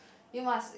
you must